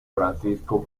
francisco